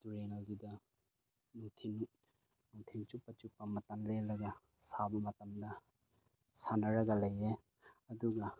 ꯇꯨꯔꯦꯜ ꯑꯗꯨꯗ ꯅꯨꯡꯊꯤꯜ ꯅꯨꯡꯊꯤꯜ ꯆꯨꯞꯄ ꯃꯇꯝ ꯂꯦꯜꯂꯒ ꯁꯥꯟꯅꯕ ꯃꯇꯝꯗ ꯁꯥꯟꯅꯔꯒ ꯂꯩꯌꯦ ꯑꯗꯨꯒ